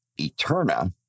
Eterna